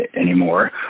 anymore